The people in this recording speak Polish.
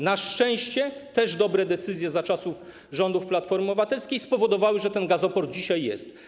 Na szczęście też dobre decyzje za czasów rządów Platformy Obywatelskiej spowodowały, że ten gazoport dzisiaj jest.